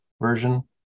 version